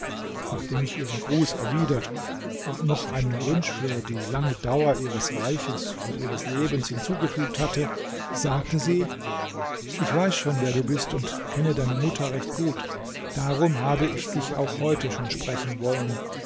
nachdem ich ihren gruß erwidert und noch einen wunsch für die lange dauer ihres reiches und ihres lebens hinzugefügt hatte sagte sie ich weiß schon wer du bist und kenne deine mutter recht gut darum habe ich dich auch heute schon sprechen wollen